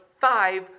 five